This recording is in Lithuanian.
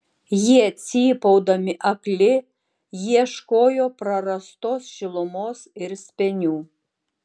jie cypaudami akli ieškojo prarastos šilumos ir spenių